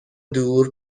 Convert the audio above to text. دور